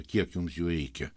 kiek jums jų reikia